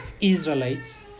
Israelites